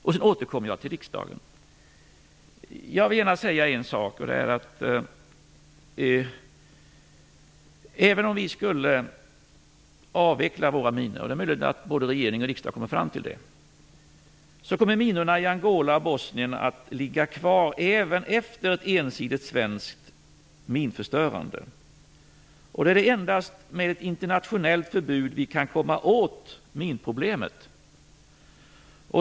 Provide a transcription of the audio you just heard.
Sedan återkommer jag till riksdagen. Jag vill gärna säga att även om vi skulle avveckla våra minor - det är möjligt att både regering och riksdag kommer fram till det - kommer minorna i Angola och Bosnien att ligga kvar även efter ett ensidigt svenskt minförstörande. Då är det endast med ett internationellt förbud vi kan komma åt minproblemet.